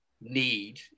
need